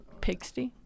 Pigsty